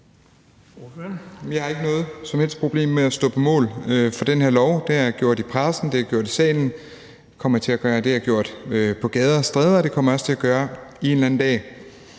Jeg har ikke noget som helst problem med at stå på mål for den her lov. Det har jeg gjort i pressen, det har jeg gjort i salen, og det har jeg gjort på gader og stræder. Og jeg kommer jeg også til – om forhåbentlig